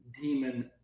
demon